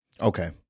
Okay